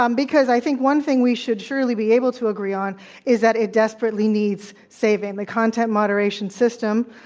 um because i think one thing, we should surely be able to agree on is that it desperately needs saving. the content moderation system,